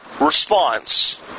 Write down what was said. response